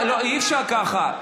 אי-אפשר ככה.